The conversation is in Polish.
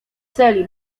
celi